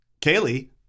Kaylee